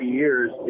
years